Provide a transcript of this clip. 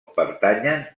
pertanyen